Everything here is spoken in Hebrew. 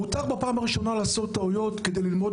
מותר בפעם הראשונה לעשות טעויות כדי ללמוד